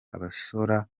abasora